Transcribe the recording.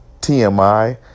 TMI